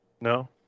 No